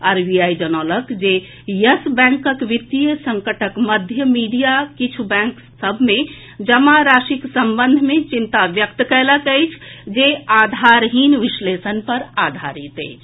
RBI जनौलनक जे Yes बैंकक वित्तीय संकटक मध्य मीडिया किछु बैंक सभ मे जमा राशिक संबंध मे चिंता व्यक्त कयलक अछि जे आधारहीन विश्लेषण पर आधारित अछि